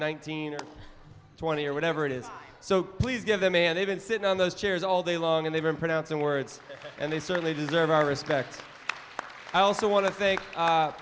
nineteen or twenty or whatever it is so please give them and they've been sitting on those chairs all day long and they've been pronouncing words and they certainly deserve our respect i also want to thank